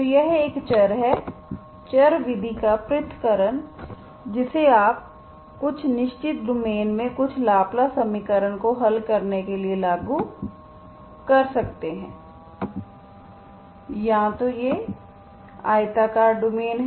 तो यह एक चर है चर विधि का पृथक्करण जिसे आप कुछ निश्चित डोमेन में कुछ लाप्लास समीकरण को हल करने के लिए लागू कर सकते हैं या तो यह आयताकार डोमेन है